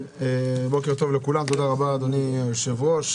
בוקר טוב לכולם, תודה רבה אדוני היושב-ראש.